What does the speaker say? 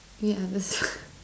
yeah that's